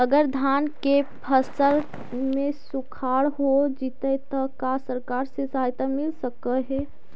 अगर धान के फ़सल में सुखाड़ होजितै त सरकार से सहायता मिल सके हे?